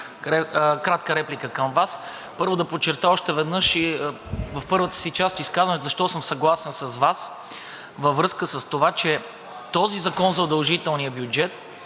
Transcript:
кратка реплика към Вас. Първо да подчертая още веднъж в първата част на изказването си защо съм съгласен с Вас във връзка с това, че този закон за удължителния бюджет